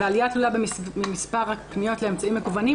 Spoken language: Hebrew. ועלייה תלולה במספר הפניות לאמצעים המקוונים,